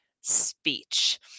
speech